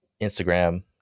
Instagram